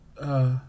Uh